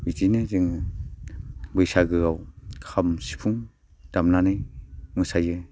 बिदिनो जोङो बैसागोआव खाम सिफुं दामनानै मोसायो